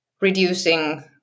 reducing